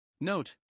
Note